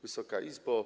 Wysoka Izbo!